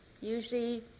usually